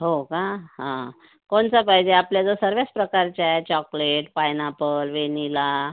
हो का हा कोणता पाहिजे आपल्याजवळ सर्वच प्रकारचे आहे चॉकलेट पायनापल व्हेनिला